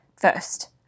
first